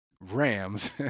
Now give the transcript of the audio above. Rams